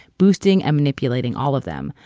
boosting and manipulating all of them.